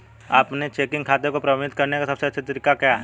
अपने चेकिंग खाते को प्रबंधित करने का सबसे अच्छा तरीका क्या है?